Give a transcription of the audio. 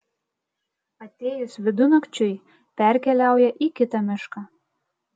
atėjus vidunakčiui perkeliauja į kitą mišką